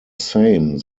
same